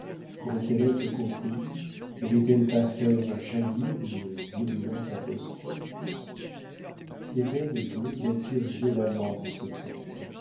pourrait-elle être comprise nallait elle pas faire jaillir une virulente apostrophe ses veines bleues battirent violemment dans ses tempes